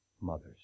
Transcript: mothers